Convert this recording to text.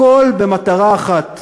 הכול במטרה אחת: